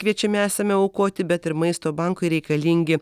kviečiami esame aukoti bet ir maisto bankui reikalingi